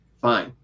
fine